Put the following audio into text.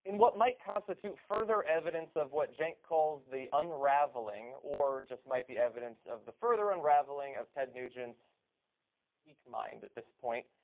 in what might constitute further evidence of what cenk calls the unraveling, or just might be evidence of the further unraveling of ted nugent's weak mind at this point,